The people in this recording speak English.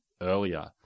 earlier